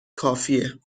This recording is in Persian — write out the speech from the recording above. کافیه